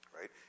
right